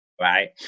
Right